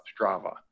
Strava